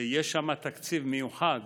שיש שם תקציב מיוחד